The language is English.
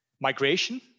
migration